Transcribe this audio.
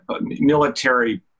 military